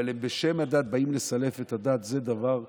אבל אם בשם הדת הם באים לסלף את הדת, זה דבר שהוא,